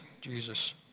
Jesus